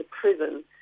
prison